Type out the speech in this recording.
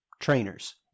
trainers